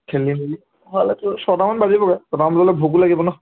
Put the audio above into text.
খেলি মেলি হোৱালৈ তোৰ ছটামান বাজিবগৈ ছটামান বজালৈ ভোকো লাগিব নহ্